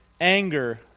anger